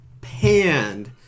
panned